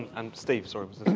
um steve, sorry,